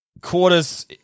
quarters